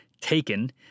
Taken